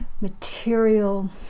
material